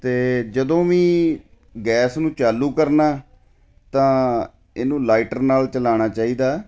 ਅਤੇ ਜਦੋਂ ਵੀ ਗੈਸ ਨੂੰ ਚਾਲੂ ਕਰਨਾ ਤਾਂ ਇਹਨੂੰ ਲਾਈਟਰ ਨਾਲ ਚਲਾਉਣਾ ਚਾਹੀਦਾ